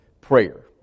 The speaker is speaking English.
prayer